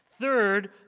Third